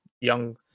young